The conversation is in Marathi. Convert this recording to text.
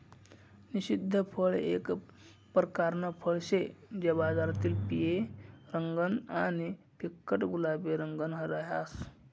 निषिद्ध फळ एक परकारनं फळ शे जे बाहेरतीन पिवयं रंगनं आणि फिक्कट गुलाबी रंगनं रहास